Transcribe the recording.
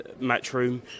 Matchroom